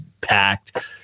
packed